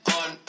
on